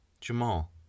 Jamal